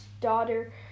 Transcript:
daughter